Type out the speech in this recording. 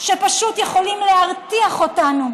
שפשוט יכולים להרתיח אותנו,